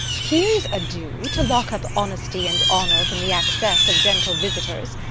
here's ado, to lock up honesty and honour from the access of gentle visitors